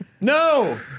no